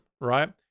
right